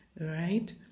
right